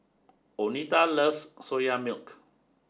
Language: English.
Oneta loves soya milk